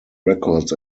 records